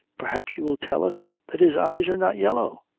perhaps you will tell us that his eyes are not yellow?